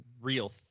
real